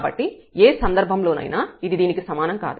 కాబట్టి ఏ సందర్భంలోనైనా ఇది దీనికి సమానం కాదు